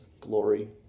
glory